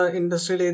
industry